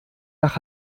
nach